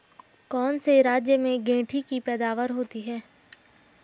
कौन से राज्य में गेंठी की पैदावार होती है?